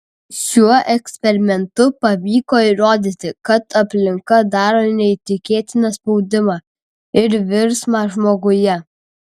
šiuo eksperimentu pavyko įrodyti kad aplinka daro neįtikėtiną spaudimą ir virsmą žmoguje